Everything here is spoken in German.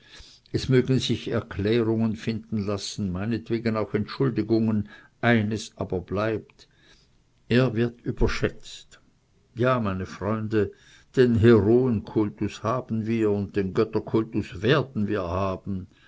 es mögen sich erklärungen finden lassen meinetwegen auch entschuldigungen eines aber bleibt er wird überschätzt ja meine freunde den heroenkultus haben wir und den götterkultus werden wir haben